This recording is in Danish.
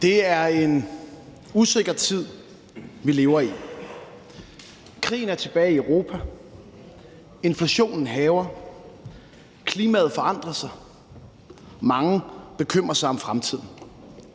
Det er en usikker tid, vi lever i. Krigen er tilbage i Europa, inflationen hærger, klimaet forandrer sig, mange bekymrer sig om fremtiden.